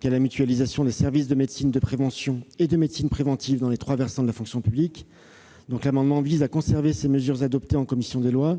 qu'à la mutualisation des services de médecine de prévention et de médecine préventive dans les trois versants de la fonction publique. Cet amendement vise à conserver ces mesures adoptées en commission des lois